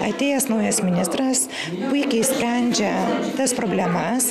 atėjęs naujas ministras puikiai sprendžia tas problemas